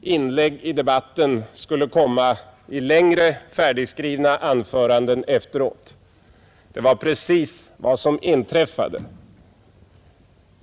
inlägg i debatten efteråt skulle komma i längre, färdigskrivna anföranden. Det var precis vad som inträffade.